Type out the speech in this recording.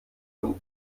und